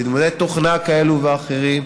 לימודי תוכנה כאלה ואחרים,